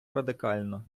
радикально